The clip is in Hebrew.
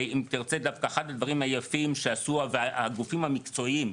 אם תרצה דווקא אחד הדברים היפים שעשו הגופים המקצועיים,